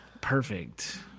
Perfect